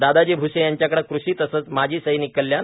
दादाजी भ्से यांच्याकडे क़षि तसंच माजी सैनिक कल्याण